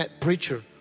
preacher